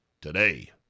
today